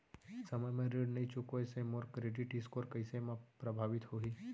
समय म ऋण नई चुकोय से मोर क्रेडिट स्कोर कइसे म प्रभावित होही?